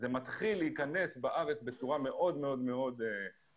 זה מתחיל להיכנס בארץ בצורה מאוד מאוד מינימלית,